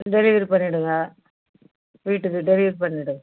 delivery பண்ணிவிடுங்க வீட்டுக்கு delivery பண்ணிவிடு